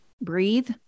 Breathe